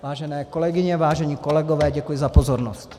Vážené kolegyně, vážení kolegové, děkuji za pozornost.